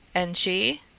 and she?